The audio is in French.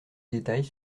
détails